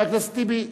חבר הכנסת טיבי,